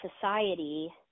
society